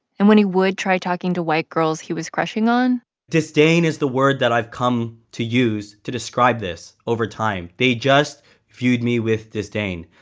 and when he would try talking to white girls he was crushing on? c disdain is the word that i've come to use to describe this over time. they just viewed me with disdain.